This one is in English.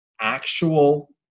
actual